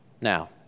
Now